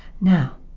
Now